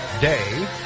day